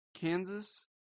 Kansas